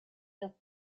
der